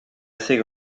assez